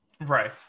Right